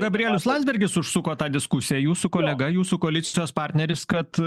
gabrielius landsbergis užsuko tą diskusiją jūsų kolega jūsų koalicijos partneris kad